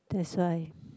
that's why